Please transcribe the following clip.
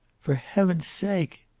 for heaven's sake!